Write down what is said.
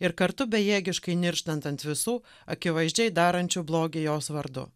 ir kartu bejėgiškai nirštant ant visų akivaizdžiai darančių blogį jos vardu